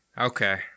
Okay